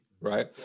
right